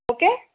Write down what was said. okay